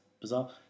bizarre